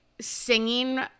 singing